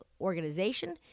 organization